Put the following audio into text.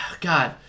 God